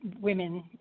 women